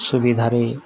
ସୁବିଧାରେ